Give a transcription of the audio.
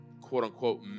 quote-unquote